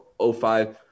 05